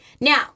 Now